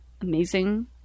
Amazing